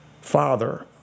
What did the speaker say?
father